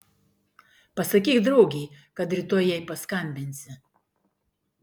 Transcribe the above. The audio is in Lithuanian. pasakyk draugei kad rytoj jai paskambinsi